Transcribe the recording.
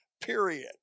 period